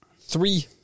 three